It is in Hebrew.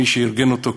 מי שארגן אותו,